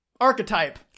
archetype